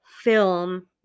film